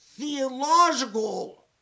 theological